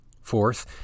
Fourth